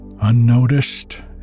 unnoticed